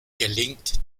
gelingt